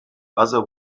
other